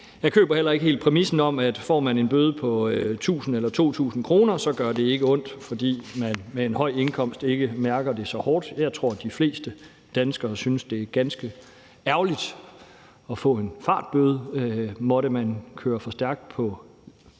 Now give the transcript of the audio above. Jeg køber heller ikke helt præmissen om, at hvis man får en bøde på 1.000 kr. eller 2.000 kr., så gør det ikke ondt, hvis man har en høj indkomst, fordi man så ikke mærker det så hårdt. Jeg tror, de fleste danskere synes, det er ganske ærgerligt at få en fartbøde, måtte man køre for stærkt på